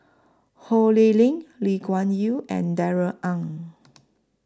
Ho Lee Ling Lee Kuan Yew and Darrell Ang